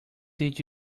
did